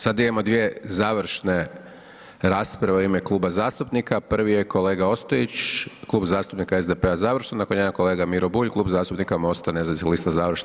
Sad imamo dvije završne rasprave u ime kluba zastupnika, prvi je kolega Ostojić, Klub zastupnika SDP-a završno, nakon njega kolega Miro Bulj, Klub zastupnika MOST-a nezavisnih lista, završno.